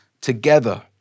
together